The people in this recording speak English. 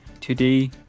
Today